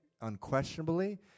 unquestionably